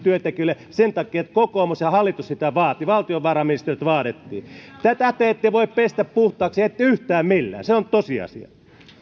työntekijöille sen takia että kokoomus ja hallitus sitä vaativat valtiovarainministeriöstä vaadittiin tätä te ette voi pestä puhtaaksi ette yhtään millään se on tosiasia